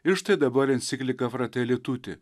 ir štai dabar enciklika frateli tuti